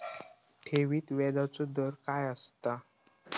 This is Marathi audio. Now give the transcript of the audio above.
ठेवीत व्याजचो दर काय असता?